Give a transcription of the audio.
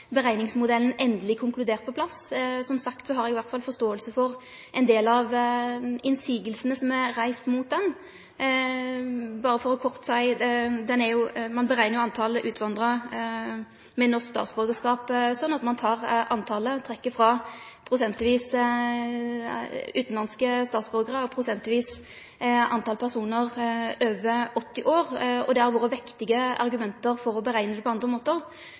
berekningsmodellen endeleg konkludert på plass. Som sagt har eg i alle fall forståing for ein del av innvendingane som er reiste mot han. Berre for å seie det kort: Ein reknar talet på utvandra med norsk statsborgarskap sånn at ein tek talet og trekkjer frå prosentvis utanlandske statsborgarar og prosentvis talet på personar over 80 år. Det har vore vektige argument for å berekne det på andre måtar,